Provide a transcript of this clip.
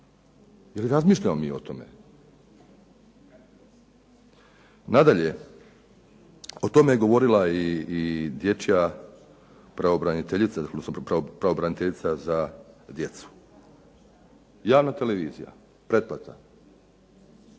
Je li razmišljamo mi o tome? Nadalje, o tome je govorila i dječja pravobraniteljica, odnosno pravobraniteljica za djecu. Javna televizija, pretplata,